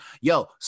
Yo